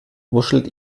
wuschelt